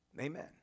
Amen